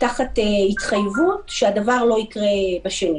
תחת התחייבות שהדבר לא יקרה בשנית.